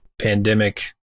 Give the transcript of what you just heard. pandemic